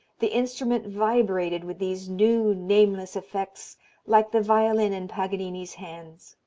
the instrument vibrated with these new, nameless effects like the violin in paganini's hands.